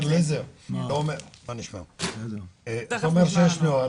אתה אומר שיש נוהל,